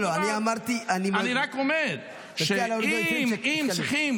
אני אמרתי --- אני רק אומר שאם צריכים